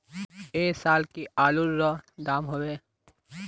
ऐ साल की आलूर र दाम होबे?